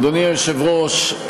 אדוני היושב-ראש,